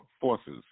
Forces